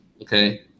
Okay